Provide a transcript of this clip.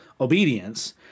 obedience